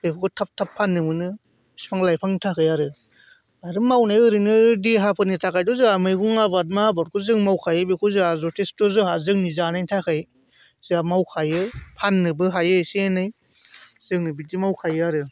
बेफोरखौ थाब थाब फाननो मोनो बिफां लाइफांनि थाखाय आरो आरो मावनाया ओरैनो देहाफोरनि थाखाय थ' जोंहा मैगं आबाद मा आबादखौ जों मावखायो बेखौ जोंहा जथेसथ' जोंहा जोंनि जानायनि थाखाय जोंहा मावखायो फाननोबो हायो एसे एनै जोङो बिदि मावखायो आरो